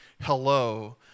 hello